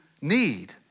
need